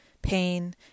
pain